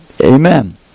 Amen